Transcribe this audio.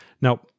Now